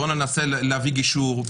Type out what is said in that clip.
בוא ננסה להביא גישור,